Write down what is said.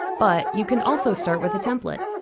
but you can also start with a template.